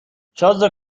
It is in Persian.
شازده